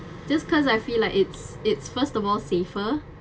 just because I feel like it's it's first of all safer